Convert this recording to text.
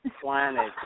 planet